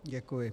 Děkuji.